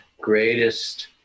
greatest